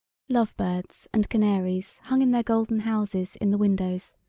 love-birds and canaries hung in their golden houses in the windows,